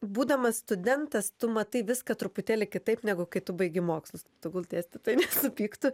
būdamas studentas tu matai viską truputėlį kitaip negu kai tu baigi mokslus tegul dėstytojai nesupyktų